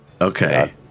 Okay